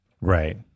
Right